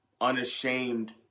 unashamed